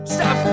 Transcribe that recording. Stop